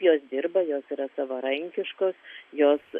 jos dirba jos yra savarankiškos jos